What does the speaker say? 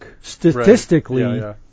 Statistically